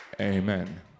Amen